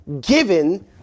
given